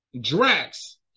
Drax